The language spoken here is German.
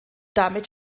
damit